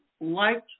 liked